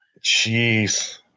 Jeez